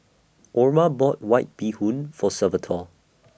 Orma bought White Bee Hoon For Salvatore